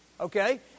Okay